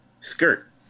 skirt